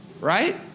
right